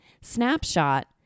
Snapshot